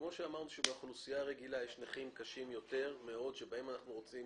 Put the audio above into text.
כמו שאמרנו שבאוכלוסייה רגילה יש נכים קשים מאוד שבהם אנחנו רוצים